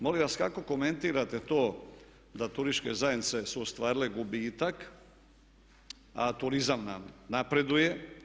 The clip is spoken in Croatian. Molim vas kako komentirate to da turističke zajednice su ostvarile gubitak a turizam nam napreduje?